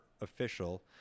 official